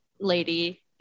lady